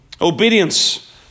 Obedience